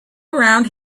around